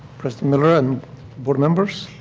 trustee miller and board members.